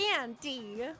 andy